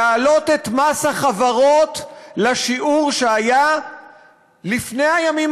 זה להעלות את מס החברות לשיעור שהיה לפני הימים